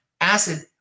acid